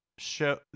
show